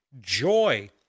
joy